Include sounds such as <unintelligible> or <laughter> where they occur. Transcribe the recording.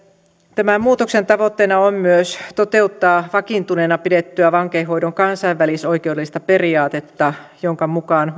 tämän muutoksen tavoitteena on myös toteuttaa vakiintuneena pidettyä vankeinhoidon kansainvälisoikeudellista periaatetta jonka mukaan <unintelligible>